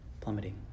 plummeting